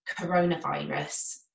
coronavirus